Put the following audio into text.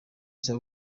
cya